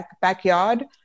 backyard